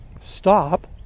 stop